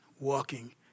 walking